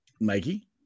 Mikey